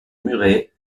muret